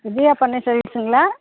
வித்யா பண்ணை சர்வீஸுங்களா